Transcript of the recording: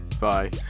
Bye